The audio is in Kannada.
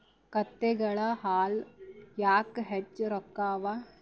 ಕತ್ತೆಗಳ ಹಾಲ ಯಾಕ ಹೆಚ್ಚ ರೊಕ್ಕ ಅವಾ?